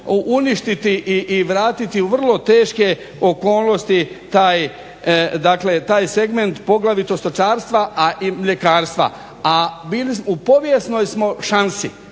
uništiti i vratiti vrlo teške okolnosti taj, dakle taj segment poglavito stočarstva a i mljekarstva. A u povijesnoj smo